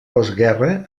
postguerra